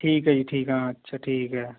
ਠੀਕ ਹੈ ਜੀ ਠੀਕ ਆ ਅੱਛਾ ਠੀਕ ਹੈ